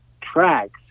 tracks